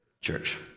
Church